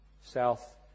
South